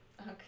Okay